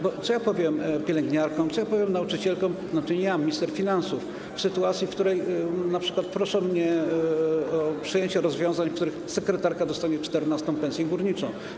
Bo co ja powiem pielęgniarkom, co ja powiem nauczycielkom - to nie ja, minister finansów - w sytuacji, w której np. proszą mnie o przyjęcie rozwiązań, w których sekretarka dostanie czternastą pensję górniczą.